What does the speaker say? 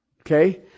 okay